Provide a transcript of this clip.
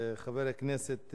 חבר הכנסת